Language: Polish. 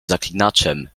zaklinaczem